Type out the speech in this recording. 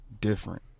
different